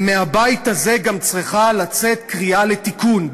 מהבית הזה צריכה לצאת גם קריאה לתיקון,